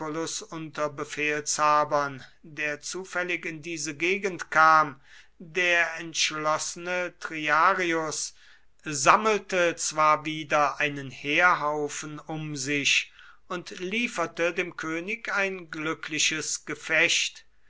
lucullus unterbefehlshabern der zufällig in diese gegend kam der entschlossene triarius sammelte zwar wieder einen heerhaufen um sich und lieferte dem könig ein glückliches gefecht